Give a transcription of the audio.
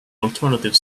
alternative